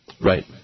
Right